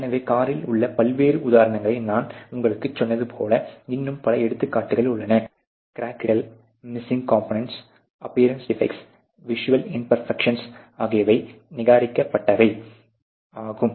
எனவே காரில் உள்ள பல்வேறு உதாரணங்களை நான் உங்களுக்குச் சொன்னது போல் இன்னும் பல எடுத்துக்காட்டுகள் உள்ளன கிரக்கள் missing components appearance defect visual imperfection ஆகியவை நிராகரிக்கப்பட்டவை ஆகும்